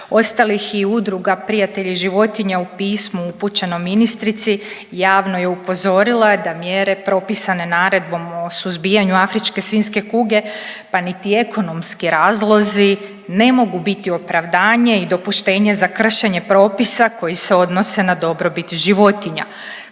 ostalih i Udruga prijatelji životinja u pismu upućeno ministrici javno je upozorila da mjere propisane naredbom o suzbijanju afričke svinjske kuge, pa niti ekonomski razlozi ne mogu biti opravdanje i dopuštenje za kršenje propisa koji se odnose na dobrobit životinja.